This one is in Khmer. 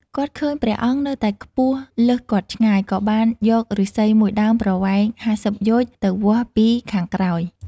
គាត់ឃើញព្រះអង្គនៅតែខ្ពស់លើសគាត់ឆ្ងាយ ក៏បានយកឫស្សីមួយដើមប្រវែង ៥០ យោជន៍ ទៅវាស់ពីខាងក្រោយ។